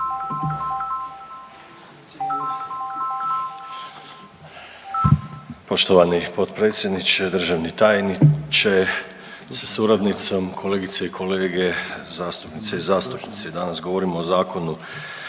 Poštovani potpredsjedniče, državni tajniče sa suradnicom, kolegice i kolege zastupnice i zastupnici. Danas govorimo o Zakonu,